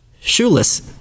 Shoeless